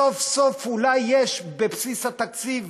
סוף-סוף אולי יש בבסיס התקציב